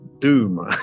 doom